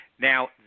Now